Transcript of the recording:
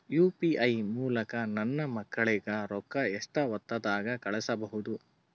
UPI ಮೂಲಕ ನನ್ನ ಮಕ್ಕಳಿಗ ರೊಕ್ಕ ಎಷ್ಟ ಹೊತ್ತದಾಗ ಕಳಸಬಹುದು?